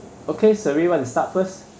okay serene want to start first